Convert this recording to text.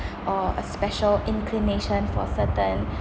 or a special inclination for certain